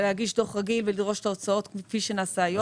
להגיש דו"ח רגיל ולדרוש את ההוצאות כפי שנעשה היום.